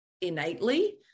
innately